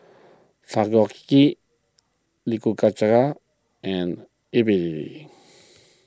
and